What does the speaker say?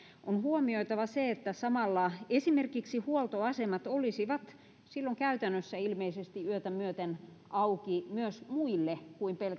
on huomioitava se että samalla esimerkiksi huoltoasemat olisivat silloin käytännössä ilmeisesti yötä myöten auki myös muille kuin